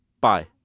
bye